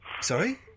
Sorry